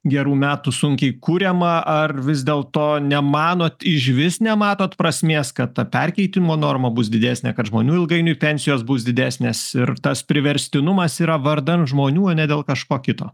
gerų metų sunkiai kuriama ar vis dėlto nemanot išvis nematot prasmės kad ta perkeitimo norma bus didesnė kad žmonių ilgainiui pensijos bus didesnės ir tas priverstinumas yra vardan žmonių o ne dėl kažko kito